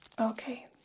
Okay